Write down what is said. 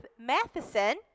Matheson